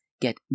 get